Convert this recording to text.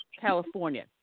California